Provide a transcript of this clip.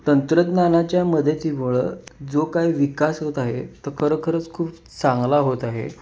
तंत्रज्ञानाच्या मदतीमुळं जो काय विकास होत आहे तो खरोखरंच खूप चांगला होत आहे